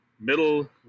middle